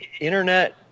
internet